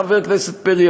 חבר הכנסת פרי,